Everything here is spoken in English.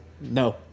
No